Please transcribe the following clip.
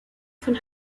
von